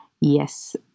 Yes